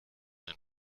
den